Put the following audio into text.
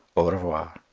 au revoir.